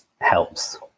helps